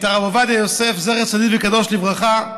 את הרב עובדיה יוסף, זכר צדיק וקדוש לברכה,